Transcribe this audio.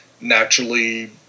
naturally